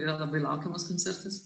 yra labai laukiamas koncertas